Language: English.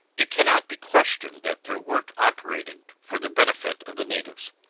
it cannot be questioned that their work operated for the benefit of the natives.